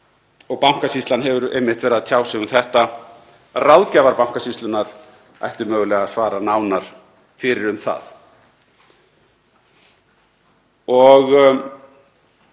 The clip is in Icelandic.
Bankasýslan hefur einmitt verið að tjá sig um þetta. Ráðgjafar Bankasýslunnar ættu mögulega að svara nánar fyrir um það.